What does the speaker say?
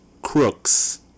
Crooks